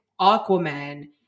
Aquaman